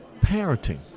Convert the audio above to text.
Parenting